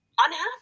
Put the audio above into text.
unhappy